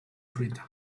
fruita